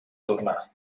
tornar